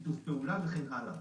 שיתוף פעולה וכן הלאה.